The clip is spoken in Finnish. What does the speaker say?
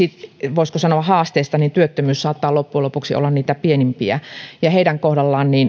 voisiko sanoa haasteista työttömyys saattaa loppujen lopuksi olla niitä pienimpiä ja heidän kohdallaan